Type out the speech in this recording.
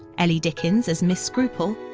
ellie dickens as miss scruple,